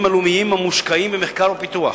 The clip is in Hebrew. הלאומיים המושקעים במחקר ובפיתוח.